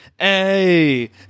hey